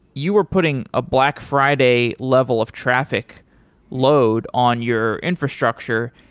you were putting a black friday level of traffic load on your infrastructure.